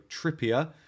Trippier